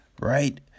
right